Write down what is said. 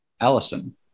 Allison